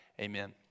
Amen